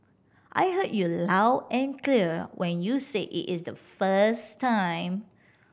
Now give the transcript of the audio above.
I heard you loud and clear when you said it is the first time